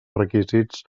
requisits